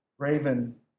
Raven